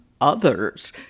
others